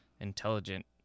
intelligent